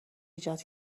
ایجاد